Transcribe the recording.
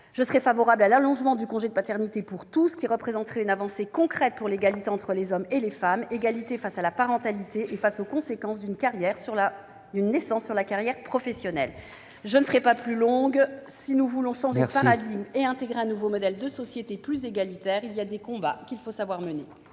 : je souhaite l'allongement du congé de paternité pour tous, qui représenterait une avancée concrète pour l'égalité entre hommes et les femmes devant la parentalité et les conséquences d'une naissance sur la carrière professionnelle. Merci, ma chère collègue. Si nous voulons changer de paradigme et intégrer un nouveau modèle de société, plus égalitaire, il y a des combats qu'il faut savoir mener